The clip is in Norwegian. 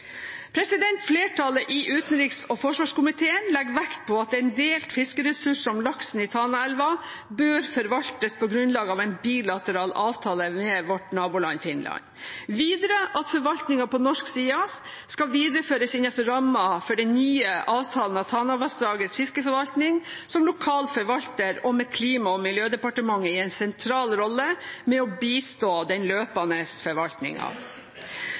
Flertallet i utenriks- og forsvarskomiteen legger vekt på at en delt fiskeressurs som laksen i Tanaelva bør forvaltes på grunnlag av en bilateral avtale med vårt naboland Finland, og videre at forvaltningen på norsk side skal videreføres innenfor rammer for den nye avtalen av Tanavassdragets fiskeforvaltning som lokal forvalter og med Klima- og miljødepartementet i en sentral rolle med å bistå den løpende